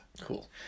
Cool